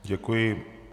Děkuji.